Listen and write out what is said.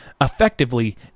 effectively